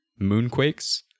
moonquakes